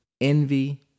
envy